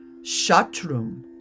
Shatrum